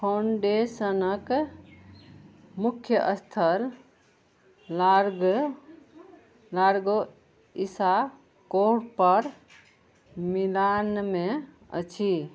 फाउण्डेशनके मुख्य स्थल लार्ग लार्गो इसाकोपर मिलानमे अछि